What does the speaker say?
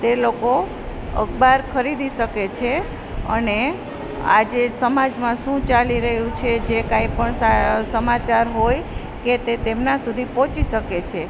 તે લોકો અખબાર ખરીદી શકે છે અને આજે સમાજમાં શું ચાલી રહ્યું છે જે કંઈપણ સમાચાર હોય કે તે તેમના સુધી પહોંચી શકે છે